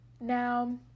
Now